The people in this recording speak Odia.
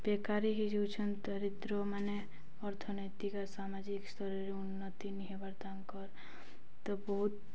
ବେକାରୀ ହେଇଯାଉଛନ୍ ଦରିଦ୍ର ମାନେ ଅର୍ଥନୈତିକ ଆର୍ ସାମାଜିକ ସ୍ତରରେ ଉନ୍ନତି ନି ହେବାର ତାଙ୍କର ତ ବହୁତ